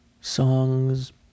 songs